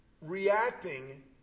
reacting